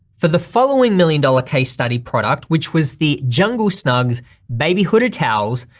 for the following million dollar case study product which was the jungle snugs baby hooded towels,